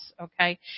Okay